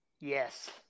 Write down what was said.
Yes